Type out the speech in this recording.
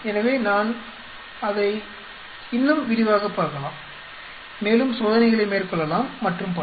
எனவே நான் அதை இன்னும் விரிவாகப் பார்க்கலாம் மேலும் சோதனைகளை மேற்கொள்ளலாம் மற்றும் பல